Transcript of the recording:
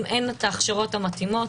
אם אין הכשרות מתאימות,